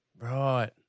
Right